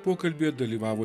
pokalbyje dalyvavo